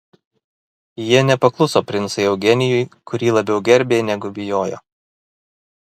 jie nepakluso princui eugenijui kurį labiau gerbė negu bijojo